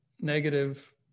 negative